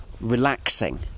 Relaxing